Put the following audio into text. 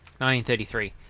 1933